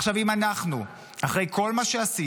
עכשיו, אם אנחנו, אחרי כל מה שעשינו